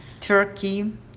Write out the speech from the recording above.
Turkey